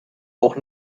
auch